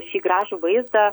šį gražų vaizdą